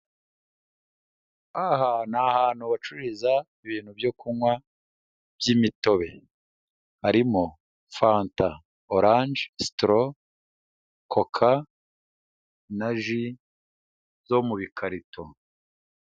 Aha ni ahantu bacururiza ibintu byo kunywa by'imitobe harimo fanta orange sitoro koka na ji zo mu bikarito.